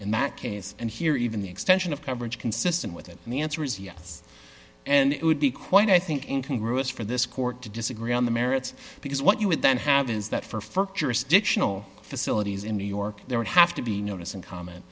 in that case and here even the extension of coverage consistent with it and the answer is yes and it would be quite i think in congress for this court to disagree on the merits because what you would then have is that for for jurisdictional facilities in new york there would have to be notice and comment